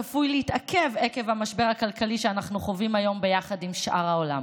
צפוי להתעכב עקב המשבר הכלכלי שאנחנו חווים היום ביחד עם שאר העולם.